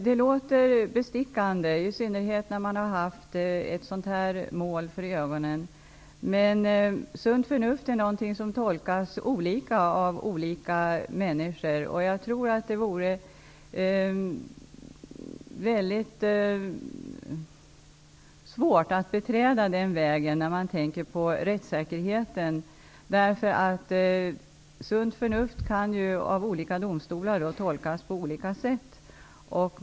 Det låter bestickande, i synnerhet när man har haft ett sådant här mål för ögonen, men sunt förnuft är något som tolkas på olika sätt av olika människor. Jag tror att det vore väldigt svårt att beträda den vägen när man tänker på rättssäkerheten därför att sunt förnuft kan av olika domstolar tolkas på olika sätt.